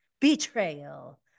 Betrayal